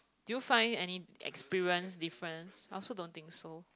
do you find any experience difference I also don't think so